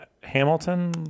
Hamilton